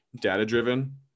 data-driven